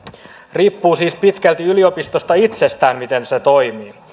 riippuu siis pitkälti yliopistosta itsestään miten se toimii